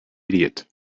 idiot